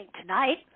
tonight